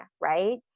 right